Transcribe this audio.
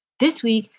this week,